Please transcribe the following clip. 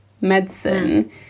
medicine